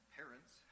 parents